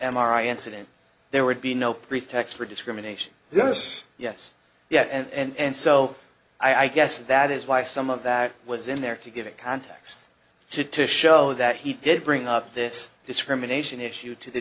i incident there would be no pretext for discrimination yes yes yes and so i guess that is why some of that was in there to give it context to to show that he did bring up this discrimination issue to the